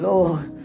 Lord